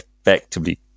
effectively